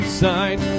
side